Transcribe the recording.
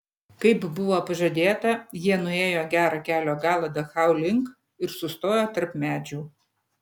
kaip buvo pažadėta jie nuėjo gerą kelio galą dachau link ir sustojo tarp medžių